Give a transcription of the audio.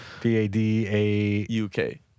p-a-d-a-u-k